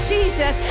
Jesus